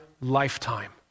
lifetime